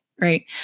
right